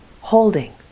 holding